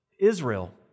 Israel